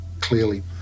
clearly